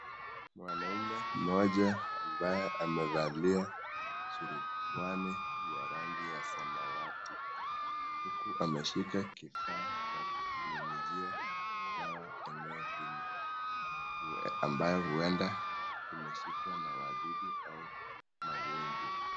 Mwanaume mmoja ambaye amevalia surupwani ya rangi ya samawati huku ameshika kifaa cha kunyunyizia dawa eneo hili ambayo huenda imeshikwa na wadudu au wagonjwa.